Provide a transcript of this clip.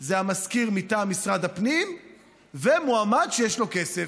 הם המזכיר מטעם משרד הפנים ומועמד שיש לו כסף.